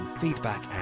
feedback